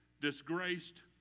disgraced